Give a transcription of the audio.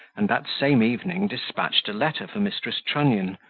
and that same evening despatched a letter for mrs. trunnion,